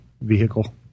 vehicle